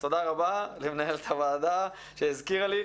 נאפשר לחברי הכנסת להתייחס.